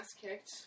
kicked